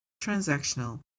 transactional